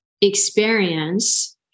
experience